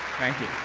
thank you.